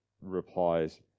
replies